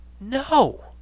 No